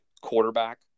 quarterback